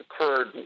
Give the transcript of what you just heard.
occurred